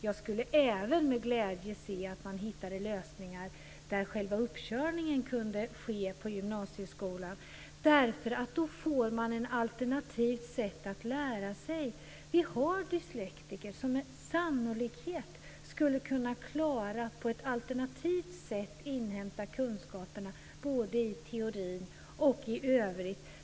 Jag skulle även med glädje se att man hittade lösningar där själva uppkörningen kunde ske på gymnasieskolan. Då får man nämligen ett alternativt sätt att lära sig. Vi har dyslektiker som sannolikt skulle kunna klara att inhämta kunskaperna på ett alternativt sätt, både teorin och i övrigt.